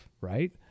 right